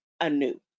anew